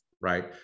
Right